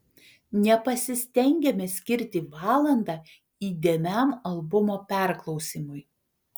nepasistengiame skirti valandą įdėmiam albumo perklausymui